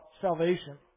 salvation